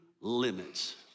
limits